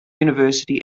university